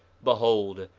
behold,